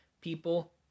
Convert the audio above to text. people